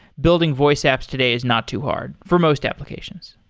building voice apps today is not too hard for most applications